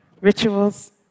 Rituals